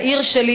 העיר שלי,